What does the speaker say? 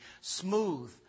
smooth